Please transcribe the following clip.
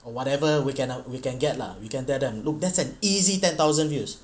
or whatever we can uh we can get lah we can tell them look that's an easy ten thousand views